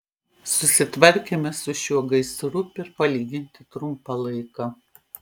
susitvarkėme su šiuo gaisru per palyginti trumpą laiką